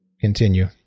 continue